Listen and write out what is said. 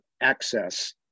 access